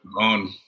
on